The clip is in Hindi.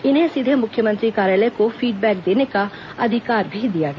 इन्हें सीधे मुख्यमंत्री कार्यालय को फीडबैक देने का अधिकार भी दिया गया